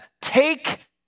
take